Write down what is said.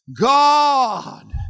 God